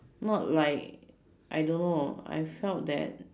not like I don't know I felt that